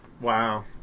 wow